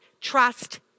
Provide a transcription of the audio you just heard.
trust